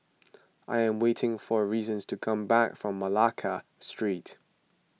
I am waiting for Reason to come back from Malacca Street